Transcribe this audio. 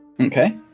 okay